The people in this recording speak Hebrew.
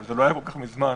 אבל זה לא היה כל-כך מזמן